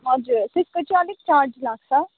हजुर त्यसको चाहिँ अलिक चार्ज लाग्छ